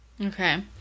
Okay